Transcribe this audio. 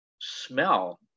smell